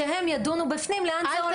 שהם ידונו בפנים לאן זה הולך.